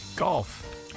Golf